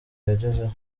yagezeho